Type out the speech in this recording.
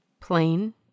plain